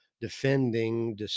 defending